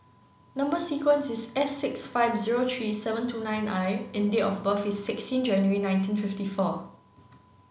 number sequence is S six five zero three seven two nine I and date of birth is sixteen January nineteen fifty four